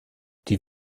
die